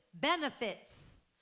benefits